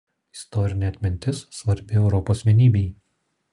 istorinė atmintis svarbi europos vienybei